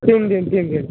तिन दिन तिन दिन